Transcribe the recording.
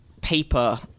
paper